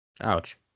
Ouch